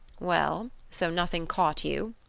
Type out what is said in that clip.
well, so nothing caught you?